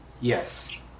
Yes